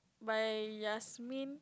by Yasmin